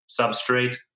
substrate